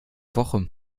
woche